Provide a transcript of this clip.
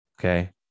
Okay